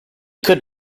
could